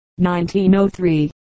1903